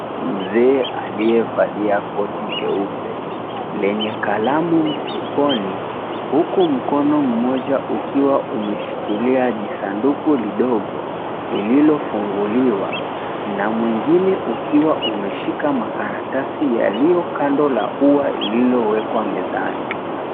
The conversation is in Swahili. Mzee aliyevalia koti jeupe lenye kalamu mfukoni, huku mkono mmoja ukiwa umeshikilia jisanduku lidogo lilofunguliwa na mwengine ukiwa umeshika makaratasi yaliyokando la ua lililowekwa mezani.